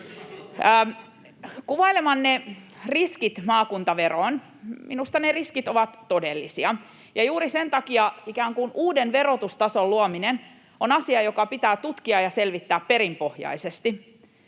Kuvailemanne riskit maakuntaveroon ovat minusta todellisia, ja juuri sen takia ikään kuin uuden verotustason luominen on asia, joka pitää tutkia ja selvittää perinpohjaisesti.